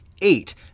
eight